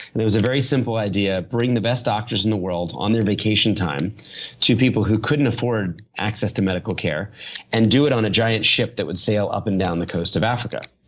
it was a very simple idea. bring the best doctors in the world on their vacation time to people who couldn't afford access to medical care and do on a giant ship that would sail up and down the coast of africa.